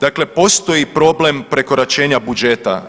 Dakle, postoji problem prekoračenja budžeta.